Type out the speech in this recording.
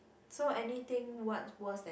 so anything what's worse than